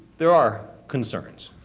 there are concerns.